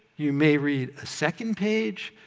you may read a second page,